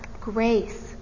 grace